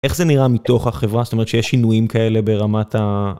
איך זה נראה מתוך החברה, זאת אומרת שיש שינויים כאלה ברמת ה...